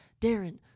Darren